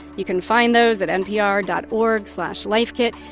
you can find those at npr dot org slash lifekit.